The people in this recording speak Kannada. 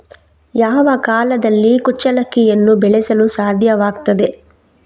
ಯಾವ ಕಾಲದಲ್ಲಿ ಕುಚ್ಚಲಕ್ಕಿಯನ್ನು ಬೆಳೆಸಲು ಸಾಧ್ಯವಾಗ್ತದೆ?